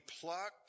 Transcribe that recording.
plucked